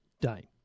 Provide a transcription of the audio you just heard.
day